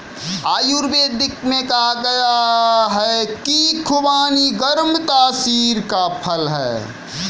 आयुर्वेद में कहा गया है कि खुबानी गर्म तासीर का फल है